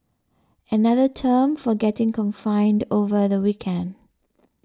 another term for getting confined over the weekend